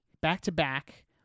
Back-to-back